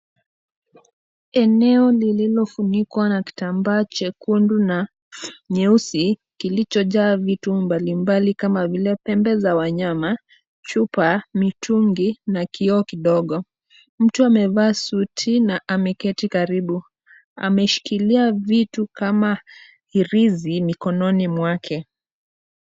Eneo lililo funikwa na kitambaa chekundu na nyeusi kilicho jaa vitu mbali mbali kama vile pembe za wanyama, chupa , mitungi na kioo kidogo. Mtu amevaa suti na ameketi karibu, ameshikilia vitu kama irizi mikononi mwake.